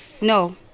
no